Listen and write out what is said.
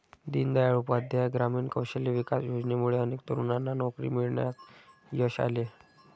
दीनदयाळ उपाध्याय ग्रामीण कौशल्य विकास योजनेमुळे अनेक तरुणांना नोकरी मिळवण्यात यश आले